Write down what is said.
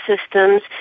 systems